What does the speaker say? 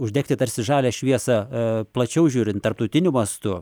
uždegti tarsi žalią šviesą plačiau žiūrint tarptautiniu mastu